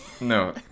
No